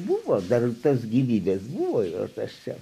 buvo dar tas gyvybės buvo ir tąsi